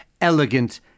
elegant